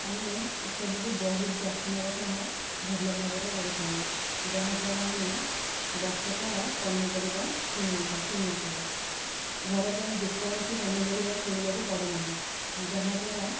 ଆମେ ଏ ସବୁକୁ ବହୁତ ଯତ୍ନର ସହ ଭଲ ଭାବରେ କରିଥାଉ ଯାହାଦ୍ଵାରା ଆମେ ବର୍ଷ ସାରା ପନିପରିବା କିଣି ଥାଉ କିଣି ନଥାଉ ଘର ପାଇଁ ଯେକୌଣସି ପନିପରିବା କିଣିବାକୁ ପଡ଼େ ନାହିଁ ଯାହାଦ୍ଵାରା